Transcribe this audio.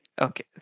okay